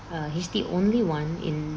uh he's the only one in